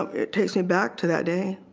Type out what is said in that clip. it takes me back to that day